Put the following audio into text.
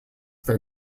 their